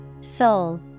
soul